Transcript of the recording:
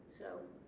so